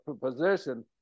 position